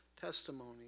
testimony